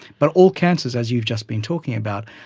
but all cancers, as you've just been talking about,